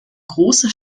große